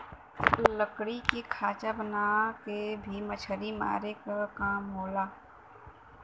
लकड़ी के खांचा बना के भी मछरी मारे क काम होला